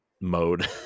mode